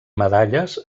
medalles